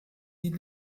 die